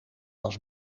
was